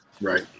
Right